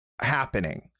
happening